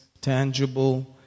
tangible